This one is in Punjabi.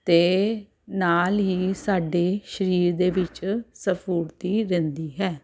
ਅਤੇ ਨਾਲ ਹੀ ਸਾਡੇ ਸਰੀਰ ਦੇ ਵਿੱਚ ਸਫੂਰਤੀ ਰਹਿੰਦੀ ਹੈ